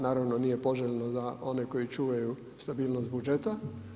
Naravno nije poželjno za one koji čuvaju stabilnost budžeta.